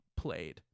Played